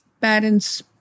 parents